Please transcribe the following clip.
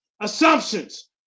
Assumptions